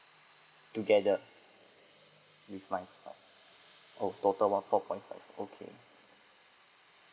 together oh total one four point five okay